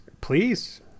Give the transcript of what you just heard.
Please